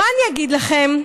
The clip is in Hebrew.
מה אני אגיד לכם,